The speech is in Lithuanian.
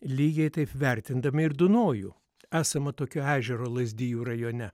lygiai taip vertindami ir dunojų esama tokio ežero lazdijų rajone